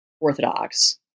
Orthodox